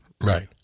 Right